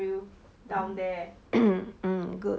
mm good